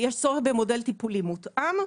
יש צורך במודל טיפולי מותאם,